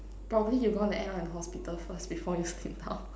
probably you gonna end up in hospital first before you sit down